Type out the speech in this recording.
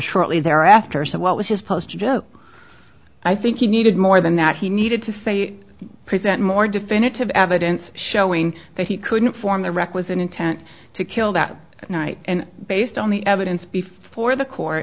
shortly thereafter so what was his post to do i think he needed more than that he needed to say present more definitive evidence showing that he couldn't form the requisite intent to kill that night and based on the evidence before the court